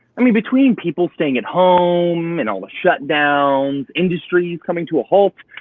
i mean, between people staying at home, and all the shut downs, industries coming to a halt,